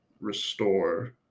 restore